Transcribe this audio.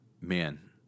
man